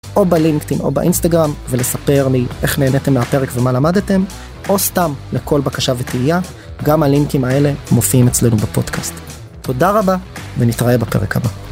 או בלינקדין, או באינסטגרם, ולספר לי איך נהנתם מהפרק ומה למדתם, או סתם לכל בקשה ותהייה, גם הלינקים האלה מופיעים אצלנו בפודקאסט. תודה רבה, ונתראה בפרק הבא.